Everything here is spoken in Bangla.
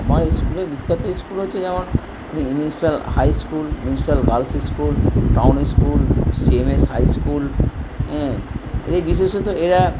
আমাদের স্কুলে বিখ্যাত স্কুল হচ্ছে যেমন high school municipal girls school town school C M S high school হ্যাঁ এই বিশেষত এরা